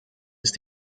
ist